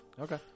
Okay